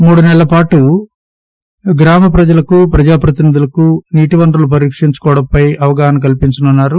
మూడు నెలల పాటు గ్రామ ప్రజలకు ప్రజాప్రతినిధులకు నీటి వనరులను పరిరక్షించుకోవడంపై అవగాహన కల్పించనున్నారు